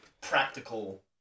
practical